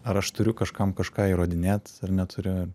ar aš turiu kažkam kažką įrodinėt ar neturiu